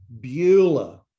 Beulah